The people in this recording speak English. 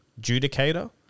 Judicator